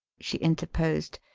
she interposed.